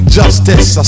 justice